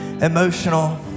emotional